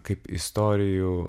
kaip istorijų